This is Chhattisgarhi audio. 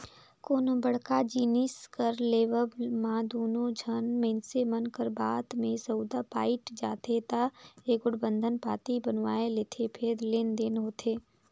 कोनो बड़का जिनिस कर लेवब म दूनो झन मइनसे मन कर बात में सउदा पइट जाथे ता एगोट बंधन पाती बनवाए लेथें फेर लेन देन होथे